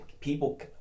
people